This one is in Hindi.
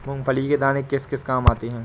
मूंगफली के दाने किस किस काम आते हैं?